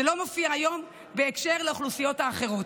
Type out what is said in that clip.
זה לא מופיע היום בהקשר לאוכלוסיות האחרות.